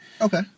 Okay